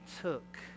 took